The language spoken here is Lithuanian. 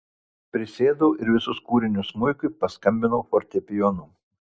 prisėdau ir visus kūrinius smuikui paskambinau fortepijonu